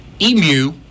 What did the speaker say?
emu